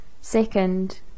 Second